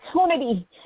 opportunity